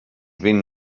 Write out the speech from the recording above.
vint